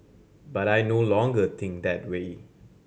but I no longer think that way